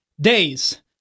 days